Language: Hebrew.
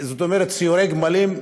לסיורי גמלים,